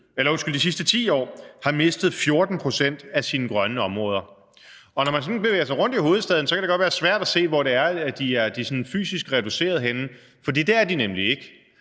de seneste 10 år har mistet 14 pct. af sine grønne områder. Når man sådan bevæger sig rundt i hovedstaden, kan det godt være svært at se, hvor det er de sådan fysisk er reduceret henne, for det er de nemlig ikke.